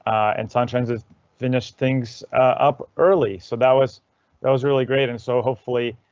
and sound transit finished things up early, so that was that was really great! and so, hopefully,